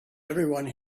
everyone